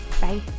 Bye